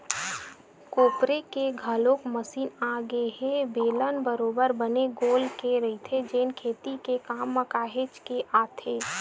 कोपरे के घलोक मसीन आगे ए ह बेलन बरोबर बने गोल के रहिथे जेन खेती के काम म काहेच के आथे